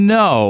no